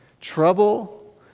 Trouble